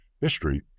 history